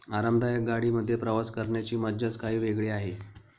आरामदायक गाडी मध्ये प्रवास करण्याची मज्जाच काही वेगळी आहे